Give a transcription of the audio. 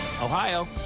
Ohio